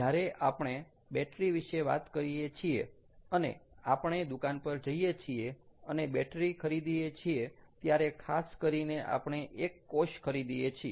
જ્યારે આપણે બેટરી વિશે વાત કરીએ છીએ અને આપણે દુકાન પર જઈએ છીએ અને બેટરી ખરીદીએ છીએ ત્યારે ખાસ કરીને આપણે એક કોષ ખરીદીએ છીએ